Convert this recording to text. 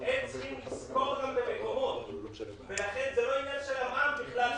צריכים --- ולכן, זה לא עניין של המע"מ בכלל.